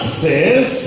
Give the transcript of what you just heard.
says